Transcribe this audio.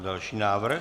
Další návrh.